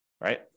right